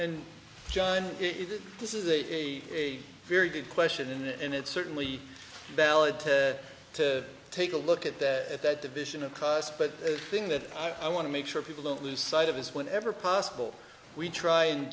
and john it is this is a very good question and it's certainly valid to to take a look at that at that division of cost but the thing that i want to make sure people don't lose sight of his whenever possible we try and